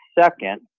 second